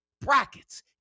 brackets